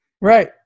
Right